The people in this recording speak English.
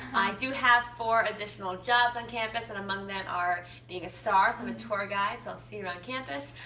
i do have four additional jobs on campus. and among them are being a star. so i'm a tour guide, so i'll see you around campus.